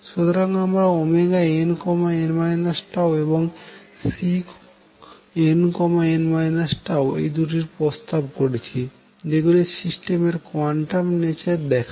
সুতরাং আমরা nn τ এবং Cnn τ এই দুটির প্রস্তাব করছি যেগুলি সিস্টেমের কোয়ান্টাম নেচার দেখায়